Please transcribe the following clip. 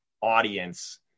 audience